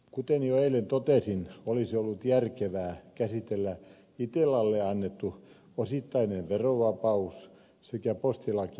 kuten jo eilen totesin olisi ollut järkevää käsitellä itellalle annettu osittainen verovapaus sekä postilaki yhdessä